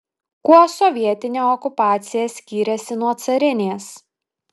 kuo sovietinė okupacija skyrėsi nuo carinės